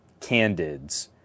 candids